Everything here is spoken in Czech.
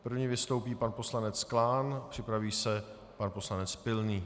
První vystoupí pan poslanec Klán, připraví se pan poslanec Pilný.